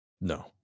no